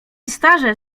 starzec